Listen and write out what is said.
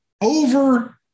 over